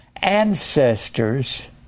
ancestors